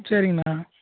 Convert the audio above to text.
சரிங்ண்ணா